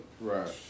Right